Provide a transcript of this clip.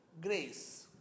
grace